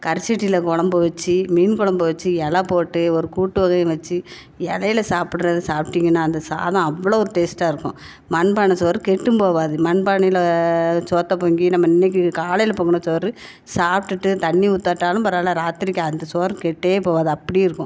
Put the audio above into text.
கரிசட்டியில் கொழம்பு வச்சி மீன் கொழம்பு வச்சி இல போட்டு ஒரு கூட்டு வகையும் வச்சி இலையில சாப்புடுறது சாப்பிடிங்கன்னா அந்த சாதம் அவ்வ ளோ ஒரு டேஸ்ட்டாக இருக்கும் மண்பானை சோறு கெட்டும் போகாது மண்பானையில் சோத்த பொங்கி நம்ம இன்னைக்கு காலையில் பொங்கின சோறு சாப்பிடுட்டு தண்ணி ஊத்தாட்டாலும் பரவா இல்லை ராத்திரிக்கு அந்த சோறு கெட்டே போகாது அப்படியே இருக்கும்